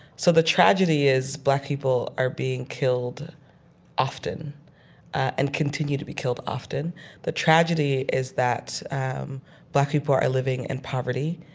so the tragedy is black people are being killed often and continue to be killed often. the tragedy is that um black people are are living in and poverty.